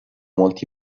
molti